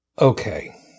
Okay